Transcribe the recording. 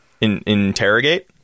Interrogate